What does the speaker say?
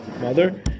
mother